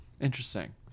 Interesting